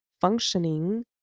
functioning